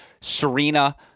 Serena